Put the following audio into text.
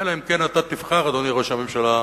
אלא אם כן אתה תבחר, אדוני ראש הממשלה,